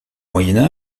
moyen